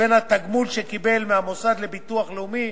שבין התגמול שקיבל מהמוסד לביטוח לאומי